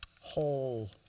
whole